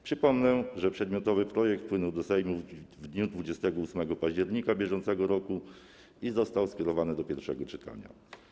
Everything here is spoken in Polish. Przypomnę, że przedmiotowy projekt wpłynął do Sejmu w dniu 28 października br. i został skierowany do pierwszego czytania.